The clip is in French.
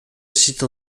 cite